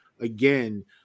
again